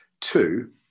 Two